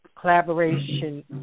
collaboration